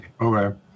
Okay